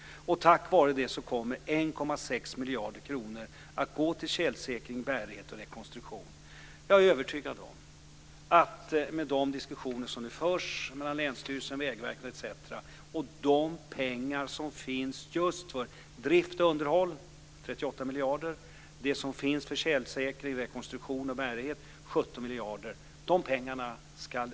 Tack vare det kommer 1,6 miljarder kronor att gå till tjälsäkring, bärighet och rekonstruktion. Det förs nu diskussioner mellan länsstyrelsen, Vägverket etc. Värmland ska slå vakt om de pengar som finns för drift och underhåll, 38 miljarder, och de pengar som finns för tjälsäkring, rekonstruktion och bärighet, 17 miljarder.